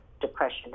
depression